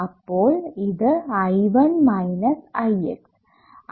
അപ്പോൾ ഇത് I1 minus Ix